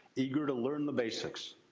eager to learn the basics.